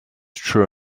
true